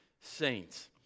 saints